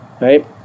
right